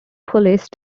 police